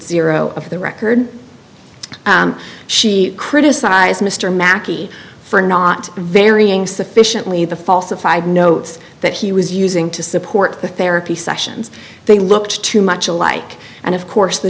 zero of the record she criticized mr makki for not varying sufficiently the falsified notes that he was using to support the therapy sessions they looked too much alike and of course the